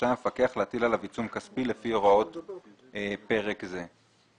רשאי המפקח להטיל עליו עיצום כספי לפי הוראות פרק זה.